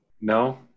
No